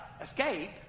escape